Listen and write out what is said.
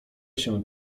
się